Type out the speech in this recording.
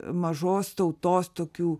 mažos tautos tokių